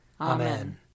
Amen